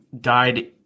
died